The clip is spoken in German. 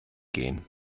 gehen